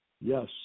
Yes